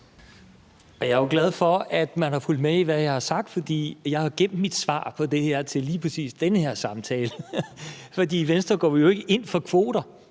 Jeg er glad for, at man har fulgt med i, hvad jeg har sagt, for jeg har jo gemt mit svar på det her til lige præcis den her samtale, for i Venstre går vi jo ikke ind for kvoter.